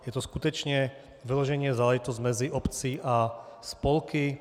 Je to skutečně vyloženě záležitost mezi obcí a spolky.